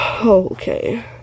Okay